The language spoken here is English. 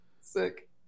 sick